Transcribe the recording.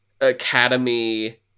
academy